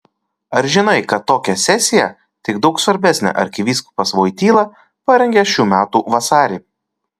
ar žinai kad tokią sesiją tik daug svarbesnę arkivyskupas voityla parengė šių metų vasarį